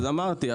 אז אמרתי,